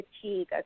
fatigue